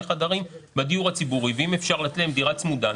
חדרים בדיור הציבורי ואם אפשר לתת להם דירה צמודה,